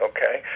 Okay